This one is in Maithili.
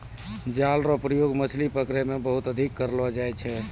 जाल रो प्रयोग मछली पकड़ै मे बहुते अधिक करलो जाय छै